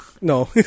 No